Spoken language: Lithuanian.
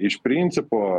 iš principo